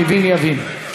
המבין יבין.